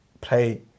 play